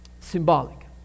symbolic